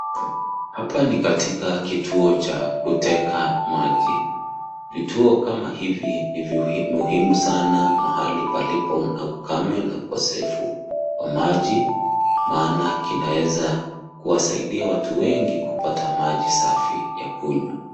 Hapa ni katika kituo cha kuteka maji. Vituo kama hivi ni vya muhimu sana mahali palipo na ukame na ukosefu wa maji maana kinaweza kuwasaidia watu wengi kupata maji safi ya kunywa.